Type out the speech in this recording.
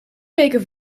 weken